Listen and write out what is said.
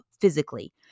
physically